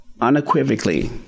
unequivocally